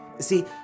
See